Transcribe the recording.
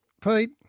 Pete